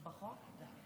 בבקשה.